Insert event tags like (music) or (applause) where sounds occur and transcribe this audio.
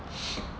(noise)